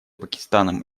пакистаном